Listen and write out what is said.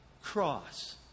cross